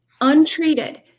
untreated